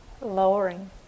lowering